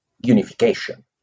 unification